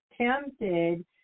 tempted